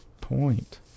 point